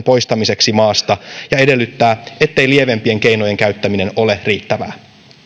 poistamiseksi maasta ja edellyttää ettei lievempien keinojen käyttäminen ole riittävää